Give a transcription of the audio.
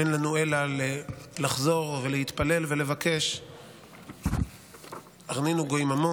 אין לנו אלא לחזור ולהתפלל ולבקש "הרנינו גויים עמו